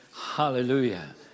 Hallelujah